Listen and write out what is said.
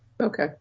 Okay